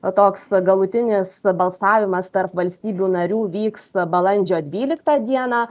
toks galutinis balsavimas tarp valstybių narių vyksta balandžio dvyliktą dieną